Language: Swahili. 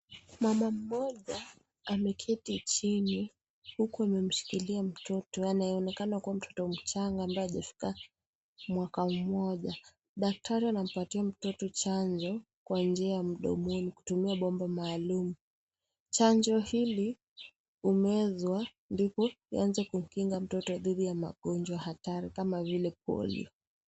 Mama mmoja, ameketi chini huku amemshikilia mtoto anayeonekana kuwa mtoto mchanga ambaye hajafika mwaka moja. Daktari anampatia mtoto chanjo kwa njia ya mdomoni, kutumia bomba maalum. Chanjo hili, humezwa ndipo ianze kukinga mtoto dhidi ya magonjwa hatari kama vile, polio.